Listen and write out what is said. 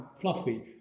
fluffy